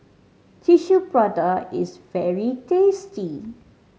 Tissue Prata is very tasty